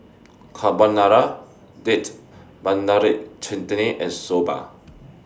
Carbonara Date Tamarind Chutney and Soba